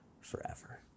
forever